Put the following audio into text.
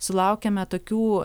sulaukiame tokių